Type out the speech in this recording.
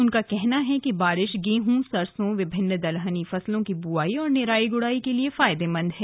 उनका कहना है कि बारिश गेहूं सरसो विभिन्न दलहनी फसलों की बुवाई और निराई गुड़ाई के लिए फायदेमंद है